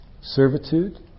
servitude